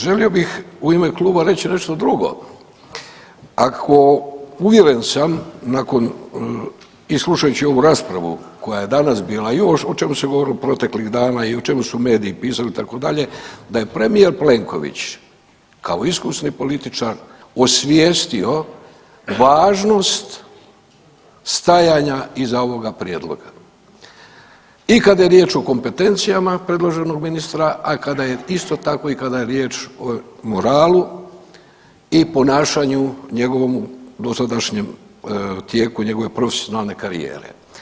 Želio bih u ime kluba reći nešto drugo, ako uvjeren sam i nakon i slušajući ovu raspravu koja je danas bila i ovo o čemu se govorilo proteklih dana i o čemu su mediji pisali itd., da je premijer Plenković kao iskusni političar osvijestio važnost stajanja iza ovoga prijedloga i kad je riječ o kompetencijama predloženoga ministra, a kada je isto tako i kada je riječ o moralu i ponašanju njegovom dosadašnjem tijeku njegove profesionalne karijere.